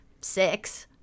six